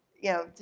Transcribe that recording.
you know,